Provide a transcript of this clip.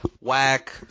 whack